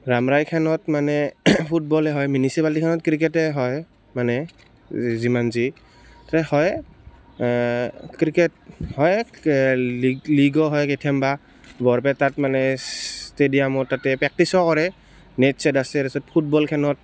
ৰামৰায়খনত মানে ফুটবলে হয় মিউনিচিপালিটিখনত ক্ৰিকেটেই হয় মানে যিমান যি হয় ক্ৰিকেট হয় লীগ লীগো হয় কেতিয়াবা বৰপেটাত মানে ষ্টেডিয়ামত তাতে প্ৰেক্টিছো কৰে নেট চেট আছে তাৰপিছত ফুটবলখনত